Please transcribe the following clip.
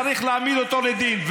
צריך להעמיד אותו לדין,